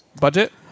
Budget